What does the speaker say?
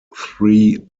three